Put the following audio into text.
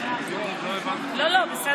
או להתנצל